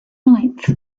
ninth